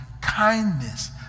kindness